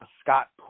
Scott